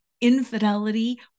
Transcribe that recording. infidelity